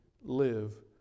live